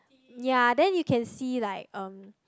ya then you can see like um